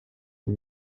you